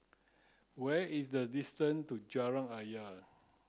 where is the distance to Jalan Ayer